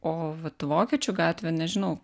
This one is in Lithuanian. o vat vokiečių gatvė nežinau